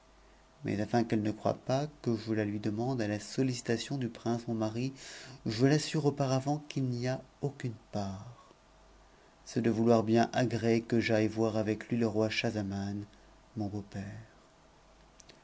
mais afin qu'ette f croie pas que je la lui demande à la sollicitation du prince mon mari j t'assure auparavant qu'il n'y a aucune part c'est de vouloir bien agréer ucj'ai e voir avec lui le roi schahznman mon